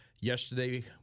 Yesterday